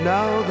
Now